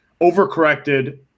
overcorrected